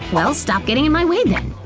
well stop getting in my way then!